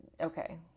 Okay